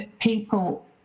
people